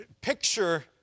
Picture